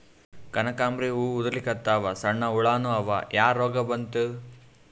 ಕನಕಾಂಬ್ರಿ ಹೂ ಉದ್ರಲಿಕತ್ತಾವ, ಸಣ್ಣ ಹುಳಾನೂ ಅವಾ, ಯಾ ರೋಗಾ ಬಂತು?